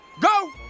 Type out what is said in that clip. Go